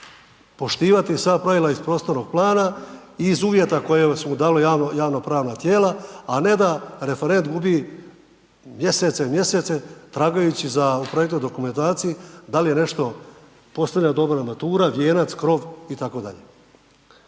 poštivati sva pravila iz prostornog plana i iz uvjeta koja su mu dala javnopravna tijela, a ne da referent gubi mjesece i mjesece tragajući za u projektnoj dokumentaciji da li je nešto - postavljena dobra armatura, vijenac, krov itd. To je